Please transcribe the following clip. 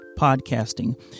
podcasting